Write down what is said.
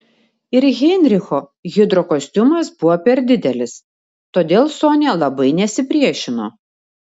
ir heinricho hidrokostiumas buvo per didelis todėl sonia labai nesipriešino